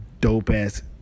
dope-ass